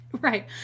right